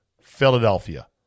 Philadelphia